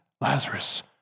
Lazarus